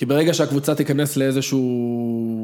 כי ברגע שהקבוצה תיכנס לאיזשהו...